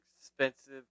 expensive